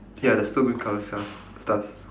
ya there's two green colour stars stars